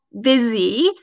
busy